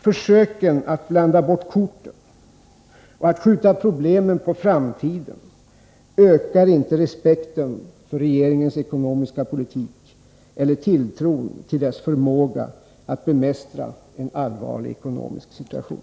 Försöken att blanda bort korten och skjuta problemen på framtiden ökar inte respekten för regeringens ekonomiska politik eller tilltron till dess förmåga att bemästra en allvarlig ekonomisk situation.